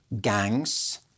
gangs